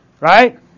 Right